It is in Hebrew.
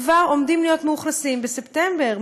כבר עומדים להיות מאוכלסים בספטמבר.